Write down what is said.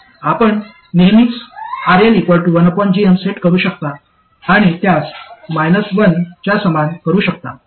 आपण नेहमीच RL1gm set करू शकता आणि त्यास 1 च्या समान करू शकता